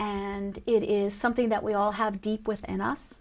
and it is something that we all have deep with and us